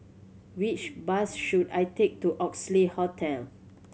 which bus should I take to Oxley Hotel